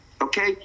okay